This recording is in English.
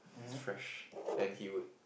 fresh and he would